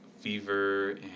fever